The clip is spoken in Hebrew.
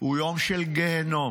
הוא יום של גיהינום,